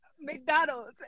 McDonald's